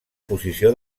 posició